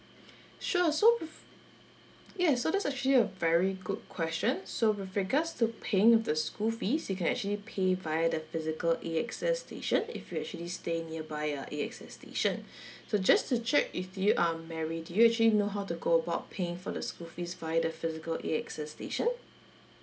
sure so yes so that's actually a very good question so with regards to paying the school fees you can actually pay via the physical A_X_S station if you're actually staying nearby a A_X_S station so just to check with you uh mary do you actually know how to go about paying for the school fees via the physical A_X_S station